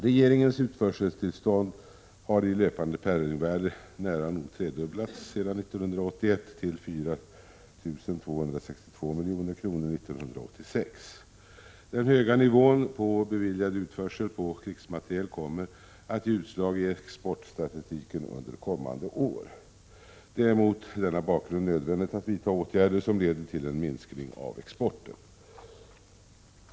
Regeringens utförseltillstånd har i löpande penningvärde nära nog tredubblats sedan 1981 till 4 262 milj.kr. 1986. Den höga nivån på beviljad utförsel på krigsmateriel kommer att ge utslag i exportstatistiken under kommande år. Det är bl.a. mot denna bakgrund nödvändigt att vidta åtgärder som leder till en minskning av exporten.